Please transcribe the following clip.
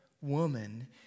woman